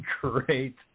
great